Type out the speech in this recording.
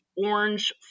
orange